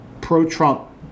pro-Trump